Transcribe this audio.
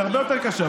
זה הרבה יותר קשה,